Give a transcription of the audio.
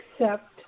accept